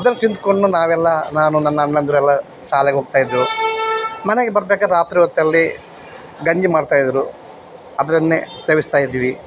ಅದನ್ನು ತಿಂದುಕೊಂಡು ನಾವೆಲ್ಲ ನಾನು ನನ್ನ ಅಣ್ಣಂದಿರೆಲ್ಲ ಶಾಲೆಗೆ ಹೋಗ್ತಾಯಿದ್ವೊ ಮನೆಗೆ ಬರ್ಬೇಕಾದ್ರೆ ರಾತ್ರಿ ಹೊತ್ತಲ್ಲಿ ಗಂಜಿ ಮಾಡ್ತಾಯಿದ್ದರು ಅದನ್ನೇ ಸೇವಿಸ್ತಾಯಿದ್ವಿ